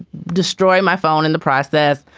destroy my phone. in the process.